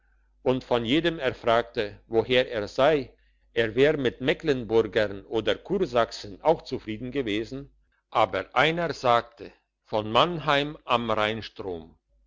und von jedem erfragte woher er sei er wär mit mecklenburgern oder kursachsen auch zufrieden gewesen aber einer sagte von mannheim am rheinstrom